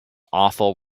awful